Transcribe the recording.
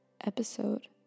episode